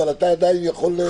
אבל אתה עדיין יכול לחיות.